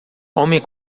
homem